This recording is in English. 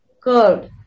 curved